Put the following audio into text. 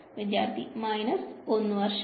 വിദ്യാർത്ഥി മൈനസ് 1 വർഷം